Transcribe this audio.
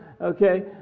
okay